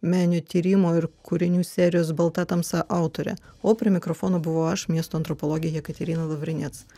meninio tyrimo ir kūrinių serijos balta tamsa autorė o prie mikrofono buvau aš miesto antropologė jekaterina lavrinec